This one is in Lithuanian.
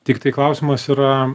tiktai klausimas yra